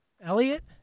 Elliot